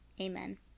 Amen